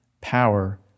Power